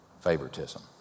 favoritism